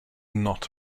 not